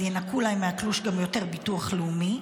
אז ינכו להם מהתלוש גם יותר ביטוח לאומי,